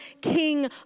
king